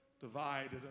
divided